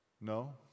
No